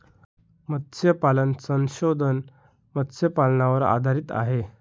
मत्स्यपालन संशोधन मत्स्यपालनावर आधारित आहे